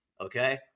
okay